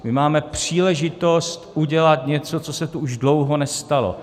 My máme příležitost udělat něco, co se tu už dlouho nestalo.